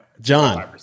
John